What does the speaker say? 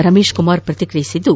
Ramesh Kumar ಪ್ರಕಿಕ್ರಿಯಿಸಿದ್ದು